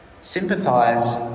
Sympathise